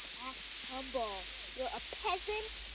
act humble. you're a peasant,